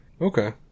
Okay